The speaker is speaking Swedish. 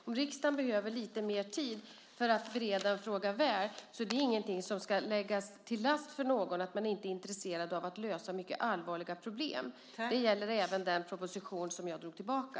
Om riksdagen behöver lite mer tid för att bereda en fråga väl så är det ingenting som ska läggas någon till last, att man inte skulle vara intresserad av att lösa mycket allvarliga problem. Det gäller även den proposition som jag drog tillbaka.